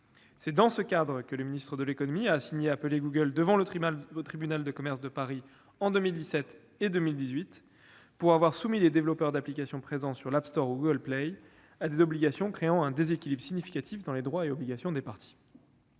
C'est dans ce cadre que le ministre de l'économie a assigné Apple et Google devant le tribunal de commerce de Paris en 2017 et 2018 pour avoir soumis les développeurs d'application présents sur l'App Store ou Google Play à des obligations créant un « déséquilibre significatif dans les droits et obligations des parties